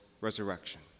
resurrection